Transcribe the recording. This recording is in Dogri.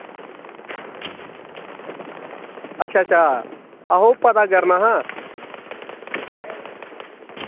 अच्छा अच्छा आहो पता करना हा